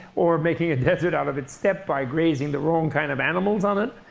or making a desert out of its steppe by grazing the wrong kind of animals on it.